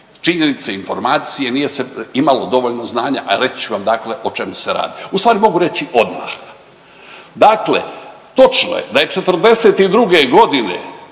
činjenice, informacije, nije se imalo dovoljno znanja, reći ću vam dakle o čemu se radi. Ustvari mogu reći odmah. Dakle, točno je da je